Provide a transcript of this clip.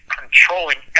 controlling